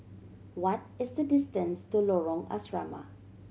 what is the distance to Lorong Asrama